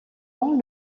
ans